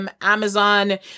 Amazon